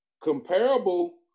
comparable